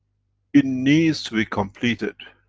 it needs to be completed,